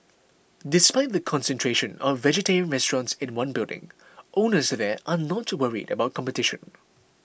despite the concentration of vegetarian restaurants in one building owners there are not worried about competition